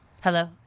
Hello